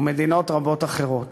ומדינות רבות אחרות.